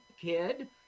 kid